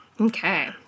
Okay